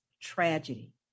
tragedy